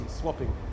swapping